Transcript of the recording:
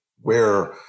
where-